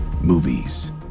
Movies